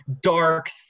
dark